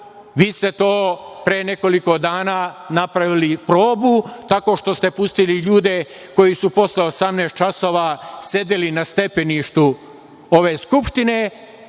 vi ste to pre nekoliko dana napravili probu tako što ste pustili ljude koji su posle 18.00 časova sedeli na stepeništu ove Skupštine